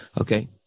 Okay